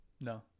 no